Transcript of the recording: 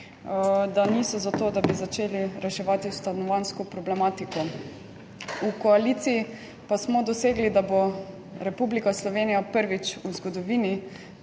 da niso za to, da bi začeli reševati stanovanjsko problematiko. V koaliciji pa smo dosegli, da bo Republika Slovenija prvič v zgodovini